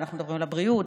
ואנחנו מדברים על הבריאות,